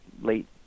late